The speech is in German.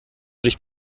dich